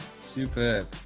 Superb